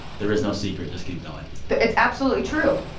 there is no secret. just keep going it's absolutely true.